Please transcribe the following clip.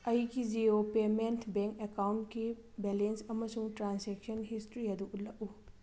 ꯑꯩꯒꯤ Jio payment bank ꯑꯦꯀꯥꯎꯟꯀꯤ balance ꯑꯃꯁꯨꯡ ꯇ꯭ꯔꯥꯟꯁꯦꯛꯁꯟ ꯍꯤꯁꯇ꯭ꯔꯤ ꯑꯗꯨ ꯎꯠꯂꯛꯎ